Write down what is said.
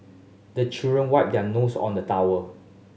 the children wipe their nose on the towel